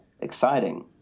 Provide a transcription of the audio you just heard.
exciting